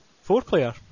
Four-player